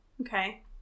Okay